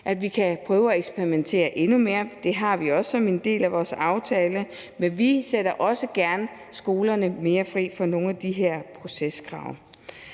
at vi kan prøve at eksperimentere endnu mere. Det har vi også som en del af vores aftale. Men vi sætter også gerne skolerne mere fri fra nogle af de her proceskrav.